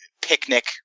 picnic